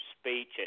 speech